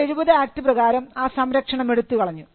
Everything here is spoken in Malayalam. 1970 ആക്ട് പ്രകാരം ആ സംരക്ഷണം എടുത്തുകളഞ്ഞു